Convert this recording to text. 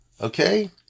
okay